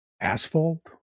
asphalt